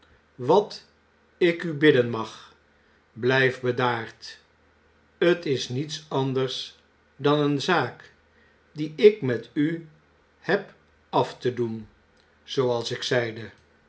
wat ik u bidden mag blijf bedaard t is niets anders dan een zaak die ik met u heb af te doen zooals ik zeide